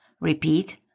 Repeat